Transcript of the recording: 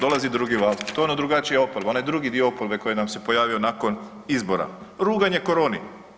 Dolazi drugi val, to je ona drugačija oporba, onaj drugi dio oporbe koji nam se pojavio nakon izbora, ruganje koroni.